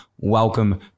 welcome